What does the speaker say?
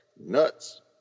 Nuts